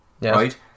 right